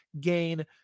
gain